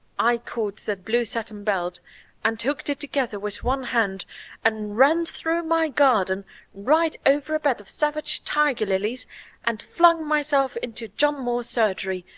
i caught that blue satin belt and hooked it together with one hand and ran through my garden right over a bed of savage tiger-lilies and flung myself into john moore's surgery,